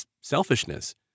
selfishness